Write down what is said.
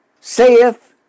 saith